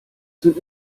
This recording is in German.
sind